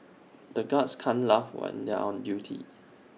the guards can't laugh when they are on duty